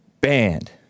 banned